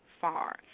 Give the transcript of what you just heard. far